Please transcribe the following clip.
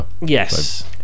yes